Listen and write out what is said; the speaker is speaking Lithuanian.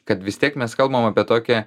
kad vis tiek mes kalbam apie tokią